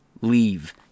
Leave